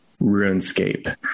RuneScape